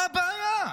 מה הבעיה?